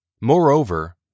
Moreover